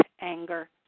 anger